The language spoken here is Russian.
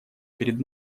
перед